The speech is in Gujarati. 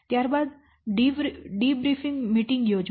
ત્યારબાદ ડિબ્રીફિંગ મીટિંગ યોજો